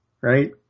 right